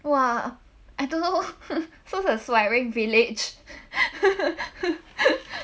!wah! I don't know I very village